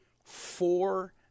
Four